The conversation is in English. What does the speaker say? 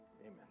amen